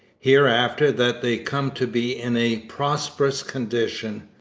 hereafter that they come to be in a prosperous condition,